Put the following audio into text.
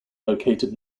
located